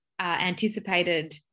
anticipated